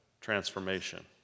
transformation